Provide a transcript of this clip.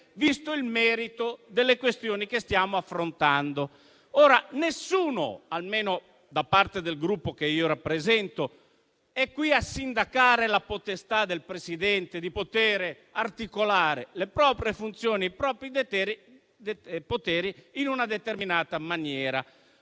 visto il merito delle questioni che stiamo affrontando. Nessuno, almeno da parte del Gruppo che rappresento, è qui a sindacare la potestà del Presidente di articolare le proprie funzioni e i propri poteri in una determinata maniera.